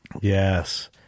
Yes